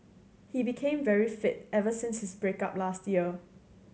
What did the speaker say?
he became very fit ever since his break up last year